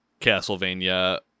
Castlevania